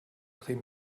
dreh